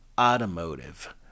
automotive